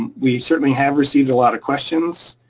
we certainly have received a lot of questions,